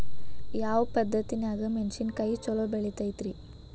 ಯಾವ ಪದ್ಧತಿನ್ಯಾಗ ಮೆಣಿಸಿನಕಾಯಿ ಛಲೋ ಬೆಳಿತೈತ್ರೇ?